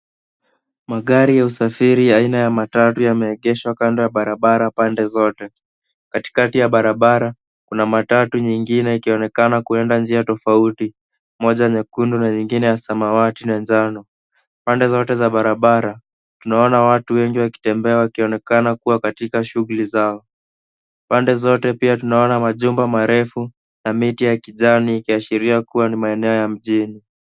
Magari ya usafiri aina ya matatu yameegeshwa kando ya barabara upande zote. Katikati ya barabara, kuna matatu nyingine ikionekana kuenda njia tofauti, moja nyekundu na nyingine ya samawati na njano. Pande zote za barabara, tunaona watu wengi wakitembea wakionekana kuwa katika shughuli zao. Pande zote pia tunaona majumba marefu na miti ya kijani ikiashiria kuwa ni maeneo ya mjini.